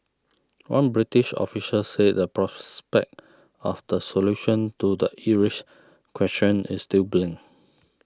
one British official said the prospect of the solution to the Irish question is still bleak